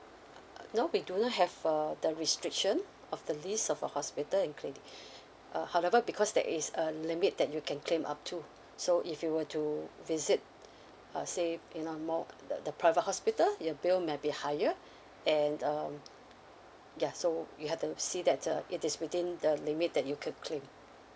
uh uh no we do have uh the restriction of the list of a hospital and clinic uh however because there is a limit that you can claim up to so if you were to visit uh say you know more the the private hospital your bill may be higher and um ya so you have to see that uh it is within the limit that you could claim